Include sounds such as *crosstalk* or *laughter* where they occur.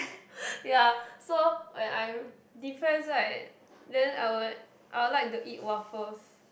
*breath* ya so when I'm depressed right then I will I will like to eat waffles